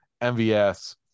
MVS